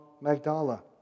Magdala